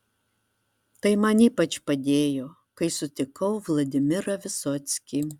tai man ypač padėjo kai sutikau vladimirą vysockį